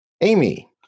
Amy